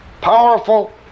powerful